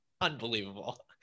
unbelievable